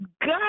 God